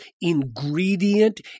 ingredient